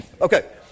Okay